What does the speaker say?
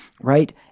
right